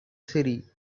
city